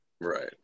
Right